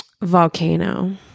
Volcano